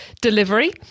delivery